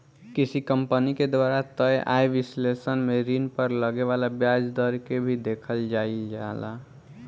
किसी कंपनी के द्वारा तय आय विश्लेषण में ऋण पर लगे वाला ब्याज दर के भी देखल जाइल जाला